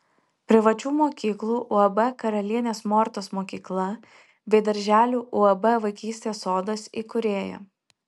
privačių mokyklų uab karalienės mortos mokykla bei darželių uab vaikystės sodas įkūrėja